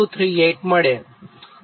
9238 મળે